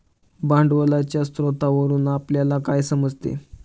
भांडवलाच्या स्रोतावरून आपल्याला काय समजते?